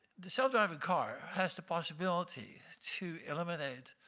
the self-driving car has the possibility to eliminate